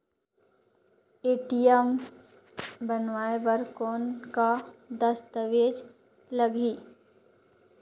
ATM बनवाय बर कौन का दस्तावेज लगही?